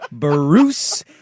Bruce